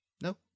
No